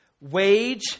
Wage